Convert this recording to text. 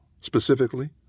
Specifically